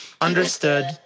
understood